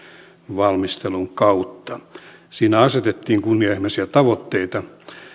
valmistelun kautta siinä asetettiin kunnianhimoisia tavoitteita